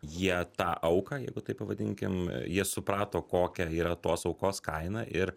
jie tą auką jeigu taip pavadinkim jie suprato kokia yra tos aukos kaina ir